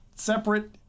Separate